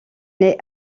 naît